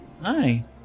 Hi